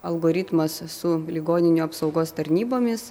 algoritmas su ligoninių apsaugos tarnybomis